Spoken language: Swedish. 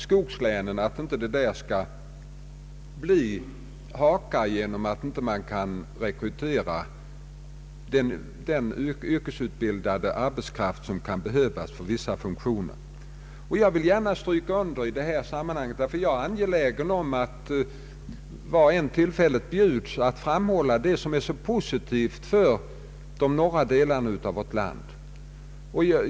Man går in då företagen inte lokalt kan rekrytera den yrkesutbildade arbetskraft som kan behövas för vissa funktioner. Jag vill gärna stryka under detta i sammanhanget, därför att jag är angelägen om att — var tillfälle än bjuds — framhålla det som är positivt för de norra delarna av vårt land.